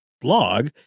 blog